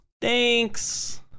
Thanks